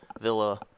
villa –